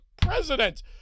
president